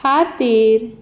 खातीर